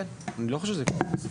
אני לא חושב שזה יקדם את השפה העברית.